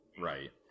Right